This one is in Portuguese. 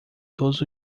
todos